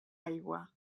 aigua